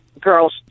girls